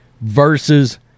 versus